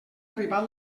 arribat